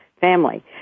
family